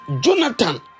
Jonathan